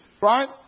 Right